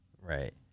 right